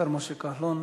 השר משה כחלון.